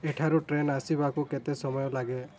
ଏଠାରୁ ଟ୍ରେନ୍ ଆସିବାକୁ କେତେ ସମୟ ଲାଗେ